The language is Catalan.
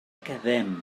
quedem